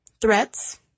threats